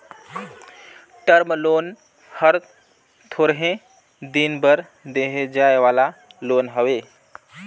term loan हर थोरहें दिन बर देहे जाए वाला लोन हवे